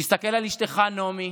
תסתכל על אשתך נעמי